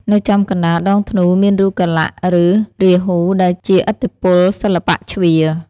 នៅចំកណ្តាលដងធ្នូ មានរូបកាលៈ ឬរាហូ ដែលជាឥទ្ធិពលសិល្បៈជ្វា។